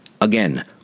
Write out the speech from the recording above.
Again